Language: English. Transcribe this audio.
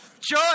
Joy